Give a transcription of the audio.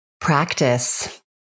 Practice